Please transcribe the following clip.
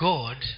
God